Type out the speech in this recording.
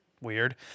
weird